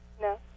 No